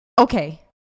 Okay